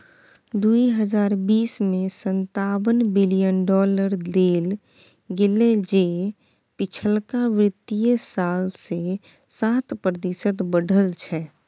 दुइ हजार बीस में सनतावन बिलियन डॉलर देल गेले जे पिछलका वित्तीय साल से सात प्रतिशत बढ़ल छै